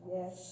Yes